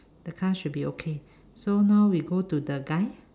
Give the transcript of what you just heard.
the car should be okay so now we go to the guy